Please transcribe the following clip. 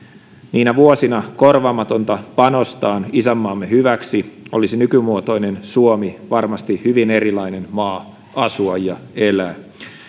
niinä vuosina korvaamatonta panostaan isänmaamme hyväksi olisi nykymuotoinen suomi varmasti hyvin erilainen maa asua ja elää